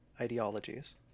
ideologies